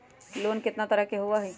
Loan केतना तरह के होअ हई?